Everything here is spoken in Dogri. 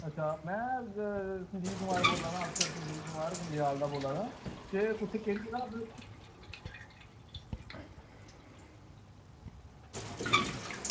में संजीव कुमार बोल्ला ना अफ्सर संजीव कुमार गंग्याल दा बोल्ला ना केह् कुत्थें भला केह्ड़ी जगह अग्ग लग्गी दी